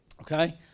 okay